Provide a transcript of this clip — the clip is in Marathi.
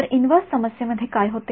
तर इन्व्हर्स समस्येमध्ये काय होते